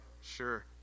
Sure